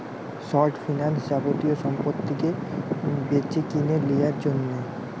short finance যাবতীয় সম্পত্তিকে বেচেকিনে লিয়ার জন্যে